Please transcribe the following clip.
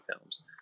films